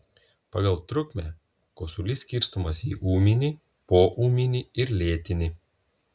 pagal trukmę kosulys skirstomas į ūminį poūminį ir lėtinį